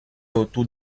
autour